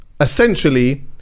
essentially